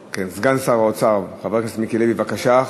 סגן שר האוצר, חבר הכנסת מיקי לוי, בבקשה.